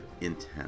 intent